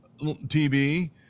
TV